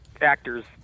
actors